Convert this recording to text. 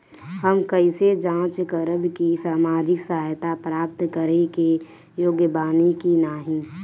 हम कइसे जांच करब कि सामाजिक सहायता प्राप्त करे के योग्य बानी की नाहीं?